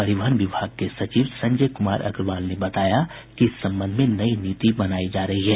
परिवहन विभाग के सचिव संजय कुमार अग्रवाल ने बताया कि इस संबंध में नई नीति बनाई जा रही है